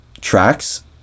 tracks